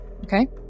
Okay